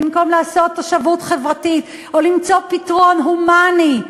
לעשות תושבוּת חברתית או למצוא פתרון הומני,